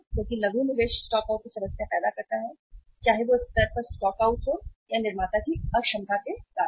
क्योंकि लघु निवेश स्टॉकआउट की समस्या पैदा करता है चाहे वह स्तर पर स्टॉकआउट हो या निर्माता की अक्षमता के कारण